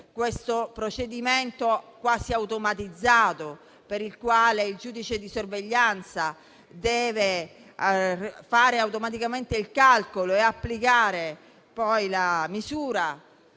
il procedimento quasi automatizzato per il quale il giudice di sorveglianza deve fare automaticamente il calcolo e applicare poi la misura